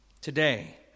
Today